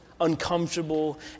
uncomfortable